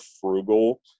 frugal